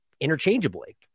interchangeably